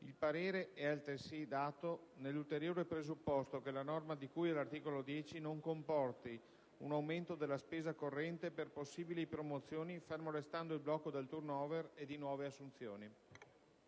Il parere è altresì dato nell'ulteriore presupposto che la norma di cui all'articolo 10 non comporti un aumento della spesa corrente per possibili promozioni, fermo restando il blocco dei *turn* *over* e di nuove assunzioni».